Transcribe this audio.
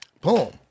Boom